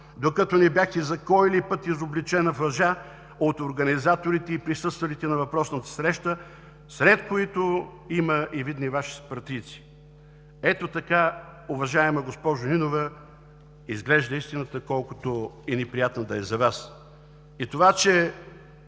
докато не бяхте, за кой ли път, изобличена в лъжа от организаторите и присъствалите на въпросната среща, сред които има и видни Ваши съпартийци. Ето така, уважаема госпожо Нинова, изглежда истината, колкото и неприятна да е за Вас. Това, че